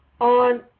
on